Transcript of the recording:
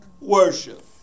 worship